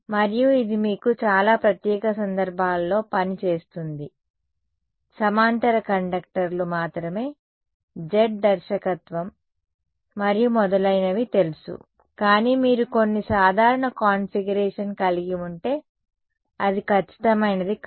మరియు ఇది మీకు చాలా ప్రత్యేక సందర్భాలలో పని చేస్తుంది సమాంతర కండక్టర్లు మాత్రమే Z దర్శకత్వం మరియు మొదలైనవి తెలుసు కానీ మీరు కొన్ని సాధారణ కాన్ఫిగరేషన్ కలిగి ఉంటే అది ఖచ్చితమైనది కాదు